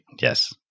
Yes